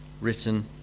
written